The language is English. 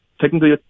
technically